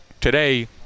today